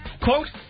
quote